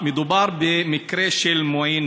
מדובר במקרה של מועין